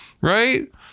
Right